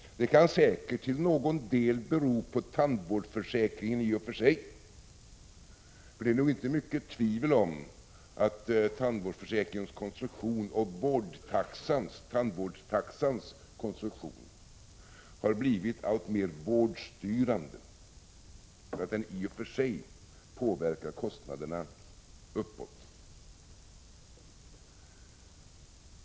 Och det kan säkert till någon del bero på själva tandvårdsförsäkringen, för det är nog inte mycket tvivel om att tandvårdsförsäkringens och tandvårdstaxans konstruktion har blivit alltmer vårdstyrande, så att detta i och för sig påverkar kostnaderna uppåt.